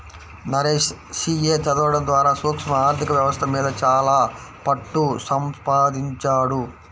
Naresh CA చదవడం ద్వారా సూక్ష్మ ఆర్ధిక వ్యవస్థ మీద చాలా పట్టుసంపాదించాడు